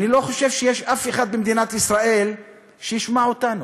אני לא חושב שיש אפילו אחד במדינת ישראל שישמע אותנו.